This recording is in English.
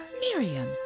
Miriam